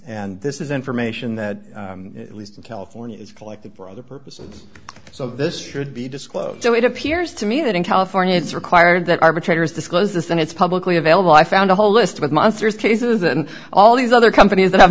and this is information that at least in california is collected for other purposes so this should be disclosed so it appears to me that in california it's required that arbitrator's disclose this and it's publicly available i found a whole list of monsters cases and all these other companies that have